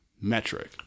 metric